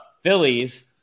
Phillies